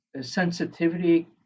sensitivity